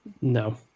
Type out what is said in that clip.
No